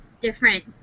different